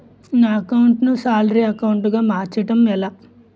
నా అకౌంట్ ను salary account గా మార్చటం ఎలా?